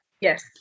Yes